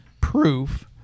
proof